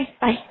Bye